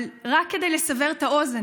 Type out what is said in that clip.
אבל רק כדי לסבר את האוזן,